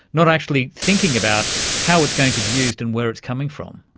not actually thinking about how it's going to be used and where it's coming from.